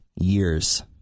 years